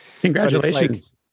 Congratulations